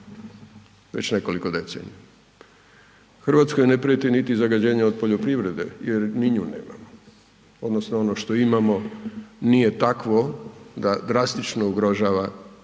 već nekoliko decenija, Hrvatskoj ne prijeti niti zagađenje od poljoprivrede jer ni nju nemamo odnosno ono što imamo nije takvo da drastično ugrožava ili može